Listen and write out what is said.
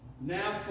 Now